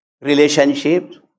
relationships